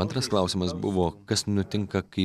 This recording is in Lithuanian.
antras klausimas buvo kas nutinka kai